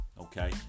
okay